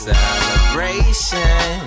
Celebration